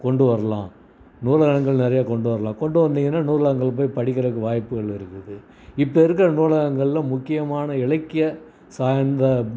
கொண்டு வரலாம் நூலகங்கள் நிறையா கொண்டு வரலாம் கொண்டு வந்திங்கன்னால் நூலகங்கள் போய் படிக்கிறதுக்கு வாய்ப்புகள் இருக்குது இப்போ இருக்கிற நூலகங்களில் முக்கியமான இலக்கிய சார்ந்த